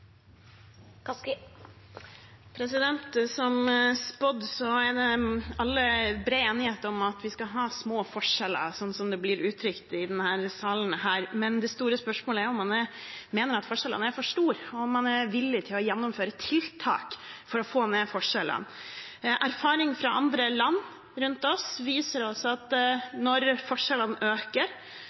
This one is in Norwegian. arbeidslivet. Som spådd er det bred enighet om at vi skal ha små forskjeller – slik det blir uttrykt i denne salen. Det store spørsmålet er om man mener at forskjellene er for store, og om man er villig til å gjennomføre tiltak for å få ned forskjellene. Erfaringer fra land rundt oss viser at